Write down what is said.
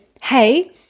hey